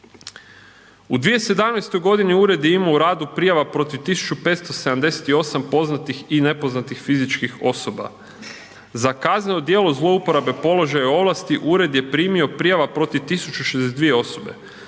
U 2017. godini ured je imao u radu prijava protiv 1.578 poznatih i nepoznatih fizičkih osoba, za kazneno djelo zlouporabe položaja i ovlasti ured je primio prijava protiv 1.062 osobe,